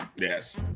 Yes